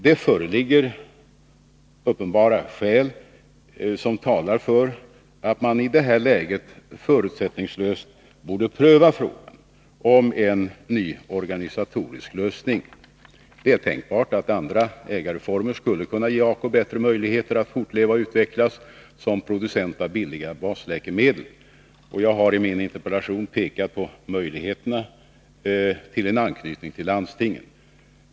Det föreligger uppenbara skäl som talar för att man i det här läget förutsättningslöst borde pröva frågan om en ny organisatorisk lösning. Det är tänkbart att andra ägarformer skulle kunna ge ACO bättre möjligheter att fortleva och utvecklas som producent av billiga basläkemedel. Jag har i min interpellation pekat på möjligheterna till en anknytning till landstingen.